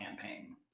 campaign